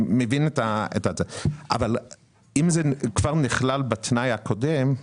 אם זה כבר נכלל בתנאי הקודם,